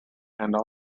and